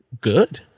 good